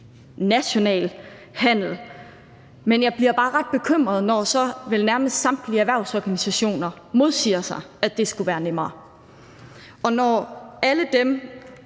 national handel, men jeg bliver bare ret bekymret, når vel nærmest samtlige erhvervsorganisationer så modsiger, at det skulle være nemmere. Og når alle dem,